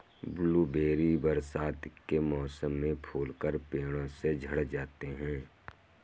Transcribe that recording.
blueberry बरसात के मौसम में फूलकर पेड़ों से झड़ जाते हैं